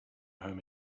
home